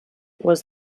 was